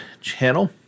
channel